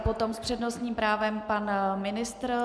Potom s přednostním právem pan ministr.